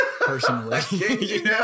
personally